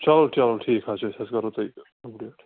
چلو چلو ٹھیٖک حظ چھُ أسۍ حظ کَرو تۄہہِ اَپڈیٖٹ